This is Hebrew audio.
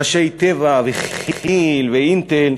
ראשי "טבע" וכי"ל ו"אינטל",